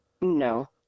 No